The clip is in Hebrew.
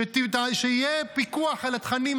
שיהיה פיקוח על התכנים,